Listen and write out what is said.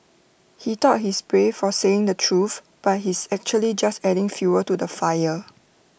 he thought he's brave for saying the truth but he's actually just adding fuel to the fire